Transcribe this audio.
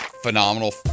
phenomenal